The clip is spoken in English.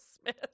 Smith